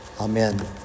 Amen